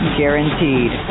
guaranteed